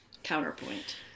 counterpoint